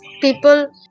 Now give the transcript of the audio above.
people